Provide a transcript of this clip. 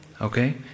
Okay